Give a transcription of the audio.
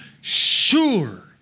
sure